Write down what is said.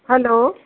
hello